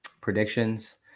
predictions